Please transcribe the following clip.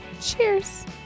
Cheers